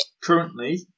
Currently